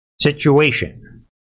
situation